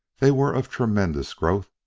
they were of tremendous growth,